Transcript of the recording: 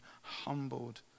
humbled